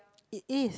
it is